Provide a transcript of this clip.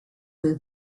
will